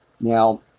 Now